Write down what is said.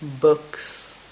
books